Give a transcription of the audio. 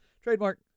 Trademark